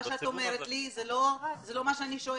מה שאת אומרת לי זה לא מה שאני שואלת.